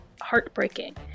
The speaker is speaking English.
heartbreaking